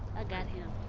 ah got him.